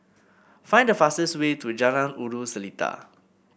find the fastest way to Jalan Ulu Seletar